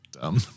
dumb